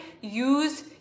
use